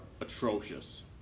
atrocious